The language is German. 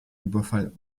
überfall